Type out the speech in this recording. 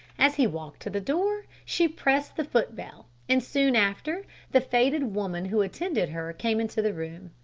as he walked to the door, she pressed the footbell, and soon after the faded woman who attended her came into the room.